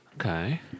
Okay